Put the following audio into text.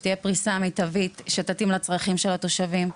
שתהיה פריסה מיטבית שתתאים לצרכים של התושבים.